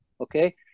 Okay